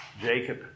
Jacob